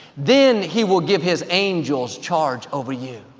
then he will give his angels charge over you.